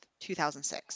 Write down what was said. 2006